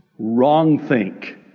wrongthink